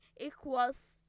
equals